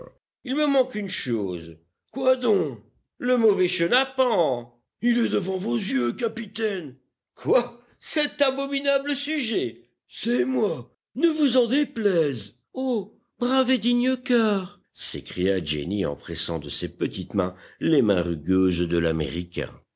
il me manque une chose quoi donc le mauvais chenapan il est devant vos yeux capitaine quoi cet abominable sujet c'est moi ne vous en déplaise oh brave et digne cœur s'écria jenny en pressant de ses petites mains les mains rugueuses de